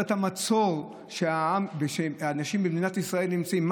מהמצור שהאנשים במדינת ישראל נמצאים בו.